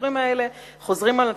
הסיפורים האלה חוזרים על עצמם,